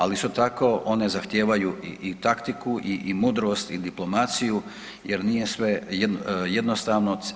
Ali isto tako one zahtijevaju i taktiku, i mudrost i diplomaciju jer nije sve jednostavno.